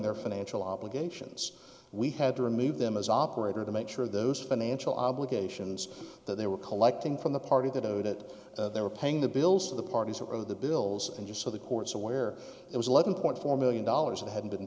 their financial obligations we had to remove them as operator to make sure those financial obligations that they were collecting from the party that owed it they were paying the bills for the parties or the bills and just so the court's aware it was eleven point four million dollars that hadn't been